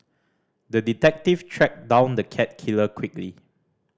the detective tracked down the cat killer quickly